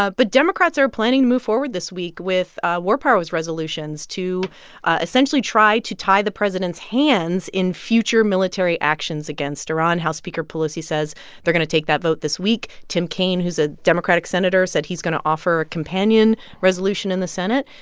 ah but democrats are planning to move forward this week with war powers resolutions to essentially try to tie the president's hands in future military actions against iran. house speaker pelosi says they're going to take that vote this week. tim kaine, who's a democratic senator, said he's going to offer a companion resolution in the senate,